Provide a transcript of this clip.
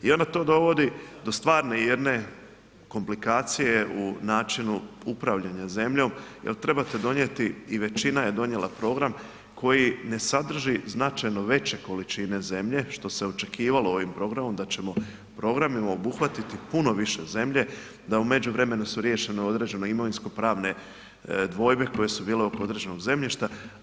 I onda to dovodi do stvarne jedne komplikacije u načinu upravljanja zemljom jel trebate donijeti i većina je donijela program koji ne sadrži značajno veće količine zemlje što se očekivalo ovim programom da ćemo programima obuhvatiti puno više zemlje, da u međuvremenu su riješena određena imovinskopravne dvojbe koje su bile oko određenog zemljišta.